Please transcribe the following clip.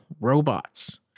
robots